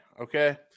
okay